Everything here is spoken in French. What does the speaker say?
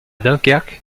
dunkerque